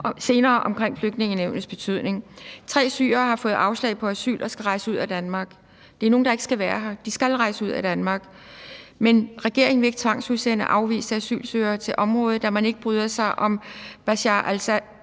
senere, altså om Flygtningenævnets betydning. Tre syrere har fået afslag på asyl og skal rejse ud af Danmark. Det er nogle, der ikke skal være her. De skal rejse ud af Danmark. Men regeringen vil ikke tvangsudsende afviste asylsøgere til området, da man ikke bryder sig om Bashar